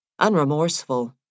unremorseful